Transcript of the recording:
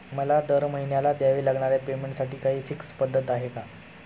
मला दरमहिन्याला द्यावे लागणाऱ्या पेमेंटसाठी काही फिक्स पद्धत आहे का?